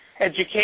education